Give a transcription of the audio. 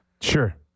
Sure